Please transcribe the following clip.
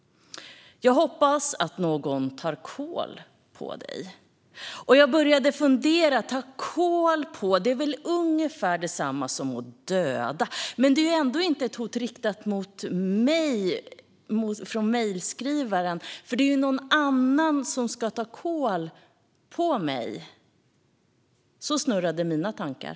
"Jag hoppas att någon tar kål på dig." Jag började att fundera - att ta kål på är väl ungefär detsamma som att döda. Men det är ju ändå inte ett hot riktat mot mig från mejlskrivaren, för det är ju någon annan som ska ta kål på mig. Så snurrade mina tankar.